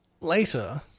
later